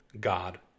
God